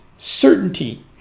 certainty